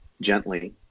gently